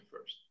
first